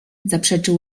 zaprzeczył